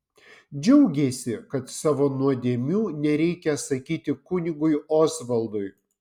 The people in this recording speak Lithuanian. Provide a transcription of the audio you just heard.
džiaugėsi kad savo nuodėmių nereikia sakyti kunigui osvaldui